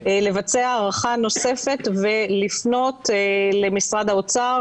לבצע הערכה נוספת ולפנות למשרד האוצר